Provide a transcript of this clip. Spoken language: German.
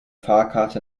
fahrkarte